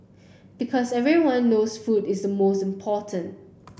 because everyone knows food is most important